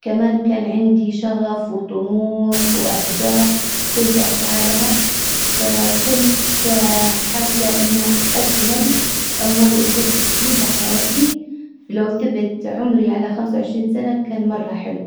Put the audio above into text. كمان كان عندى شغف وطموح وأهداف كنت أسعى لها فكنت حاسه ان اجمل عمر وصلت فيه بحياتى لو ثبت عمرى على خمسة وعشرين سنه كان مرة حلو.